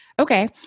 Okay